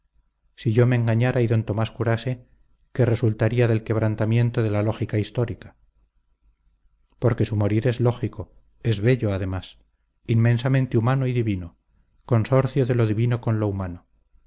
si yo me engañara y d tomás curase qué resultaría del quebrantamiento de la lógica histórica porque su morir es lógico es bello además inmensamente humano y divino consorcio de lo divino con lo humano